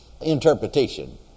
interpretation